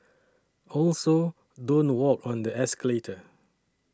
also don't walk on the escalator